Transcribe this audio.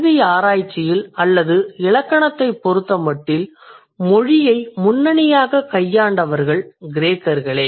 கல்வி ஆராய்ச்சியில் அல்லது இலக்கணத்தைப் பொருத்தமட்டில் மொழியை முன்னணியாகக் கையாண்டவர்கள் கிரேக்கர்களே